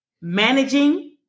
managing